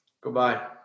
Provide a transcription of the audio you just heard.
Goodbye